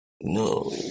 no